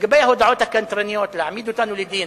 לגבי ההודעות הקנטרניות, להעמיד אותנו לדין,